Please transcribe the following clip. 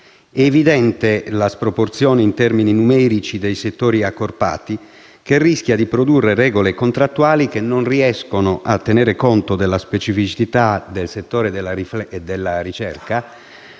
È evidente la sproporzione in termini numerici dei settori accorpati, che rischia di produrre regole contrattuali che non riescono a tenere conto della specificità del settore della ricerca,